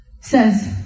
says